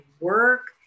work